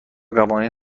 قوانین